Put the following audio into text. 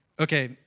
okay